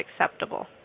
acceptable